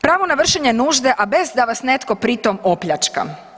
Prvo na vršenje nužde a bez da vas netko pritom opljačka.